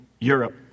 Europe